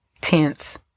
tense